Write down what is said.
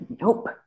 nope